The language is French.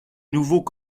nouveau